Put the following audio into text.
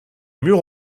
murs